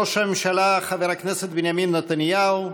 ראש הממשלה חבר הכנסת בנימין נתניהו,